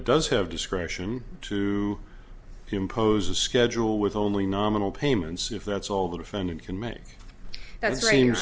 it does have discretion to impose a schedule with only nominal payments if that's all the defendant can manage that's train